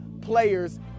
players